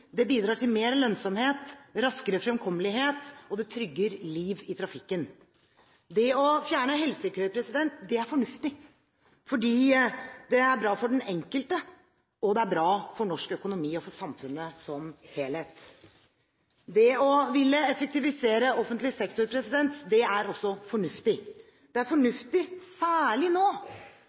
det bidrar til mer lønnsomhet, raskere fremkommelighet, og det trygger liv i trafikken. Det å fjerne helsekøer er fornuftig, fordi det er bra for den enkelte, og det er bra for norsk økonomi og for samfunnet som helhet. Det å ville effektivisere offentlig sektor er også fornuftig. Det er fornuftig særlig nå